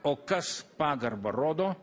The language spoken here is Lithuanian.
o kas pagarbą rodo